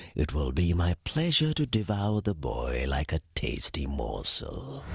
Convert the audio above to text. it will be my pleasure to devour the boy like a tasty morsel.